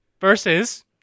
versus